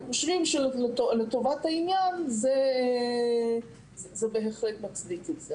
אנחנו חושבים שלטובת העניין זה בהחלט מצדיק את זה.